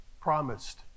promised